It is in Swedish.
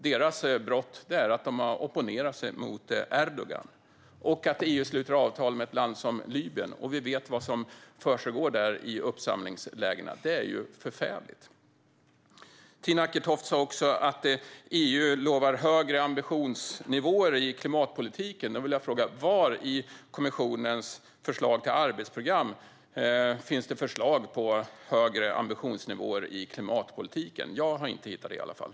Deras brott är att de har opponerat sig mot Erdogan. EU sluter avtal med ett land som Libyen, och vi vet vad som försiggår i uppsamlingslägren. Det är förfärligt. Tina Acketoft sa också att EU lovar högre ambitionsnivåer i klimatpolitiken. Var i kommissionens arbetsprogram finns förslag på högre ambitionsnivåer i klimatpolitiken? Jag har inte hittat det i alla fall.